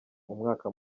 umwaka